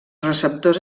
receptors